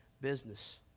business